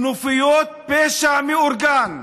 כנופיות פשע מאורגן.